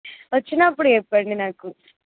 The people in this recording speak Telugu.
వచ్చినప్పుడు చెప్పండి నాకు